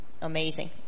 amazing